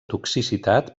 toxicitat